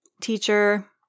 teacher